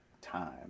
time